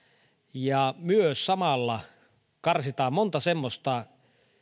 ja myös samalla karsitaan monta semmoista